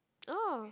oh